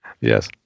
Yes